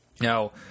Now